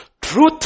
Truth